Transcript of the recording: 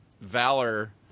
Valor